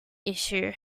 issue